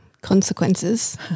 consequences